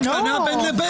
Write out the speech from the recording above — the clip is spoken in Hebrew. די, נו.